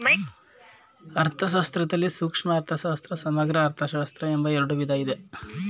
ಅರ್ಥಶಾಸ್ತ್ರದಲ್ಲಿ ಸೂಕ್ಷ್ಮ ಅರ್ಥಶಾಸ್ತ್ರ, ಸಮಗ್ರ ಅರ್ಥಶಾಸ್ತ್ರ ಎಂಬ ಎರಡು ವಿಧ ಇದೆ